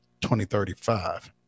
2035